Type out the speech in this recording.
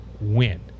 win